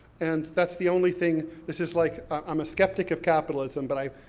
and that's the only thing, this is like, i'm a skeptic of capitalism, but i,